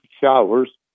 showers